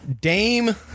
Dame